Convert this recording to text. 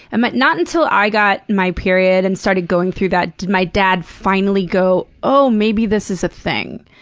and but not until i got my period and started going through that, did my dad finally go, oh, maybe this is a thing.